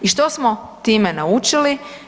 I što smo time naučili?